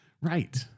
Right